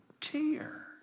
tear